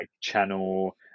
channel